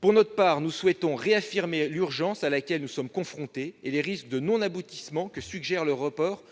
Pour notre part, nous souhaitons réaffirmer l'urgence à laquelle nous sommes confrontés et les risques de non-aboutissement qu'induit le report